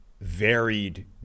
varied